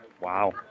Wow